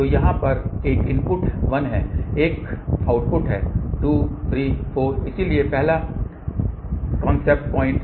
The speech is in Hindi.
तो यहाँ एक इनपुट 1 है एक आउटपुट है 2 3 4 इसलिए पहला कॉन्सेप्ट पॉइंट